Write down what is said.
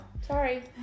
sorry